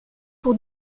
pour